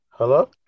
Hello